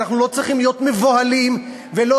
ואנחנו לא צריכים להיות מבוהלים ולא